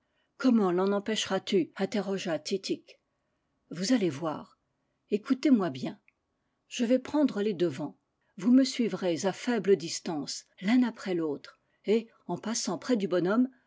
comment l'en empêcheras tu interrogea titik vous allez voir ecoutez-moi bien je vais prendre les devants vous me suivrez à faible distance l'un après l'autre et en passant près du bonhomme